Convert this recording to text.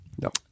No